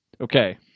Okay